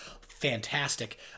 Fantastic